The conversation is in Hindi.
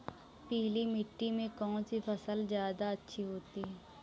पीली मिट्टी में कौन सी फसल ज्यादा अच्छी होती है?